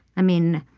i mean,